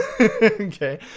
Okay